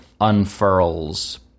unfurls